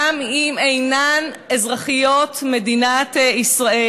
גם אם אינן אזרחיות מדינת ישראל.